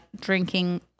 drinking